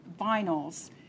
vinyls